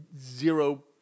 zero